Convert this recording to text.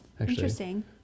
interesting